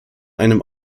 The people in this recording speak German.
einem